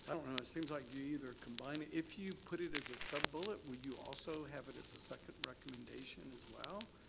i don't know. it seems like either combine it. if you put it as a sub-bullet will you also have it as a second recommendation as well,